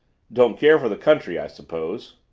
don't care for the country, i suppose?